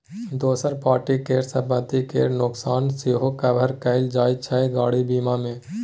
दोसर पार्टी केर संपत्ति केर नोकसान सेहो कभर कएल जाइत छै गाड़ी बीमा मे